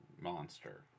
monster